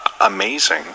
amazing